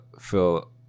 feel